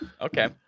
Okay